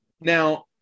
now